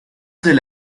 del